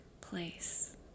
place